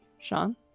Sean